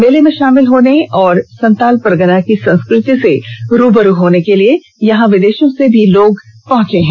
मेले में शामिल होने और संथाल परगना की संस्कृति से रूबरू होने के लिए यहां विदेशों से भी लोग पहुंचे हैं